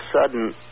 sudden